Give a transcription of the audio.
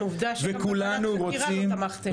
אבל עובדה שגם בוועדת החקירה לא תמכתם.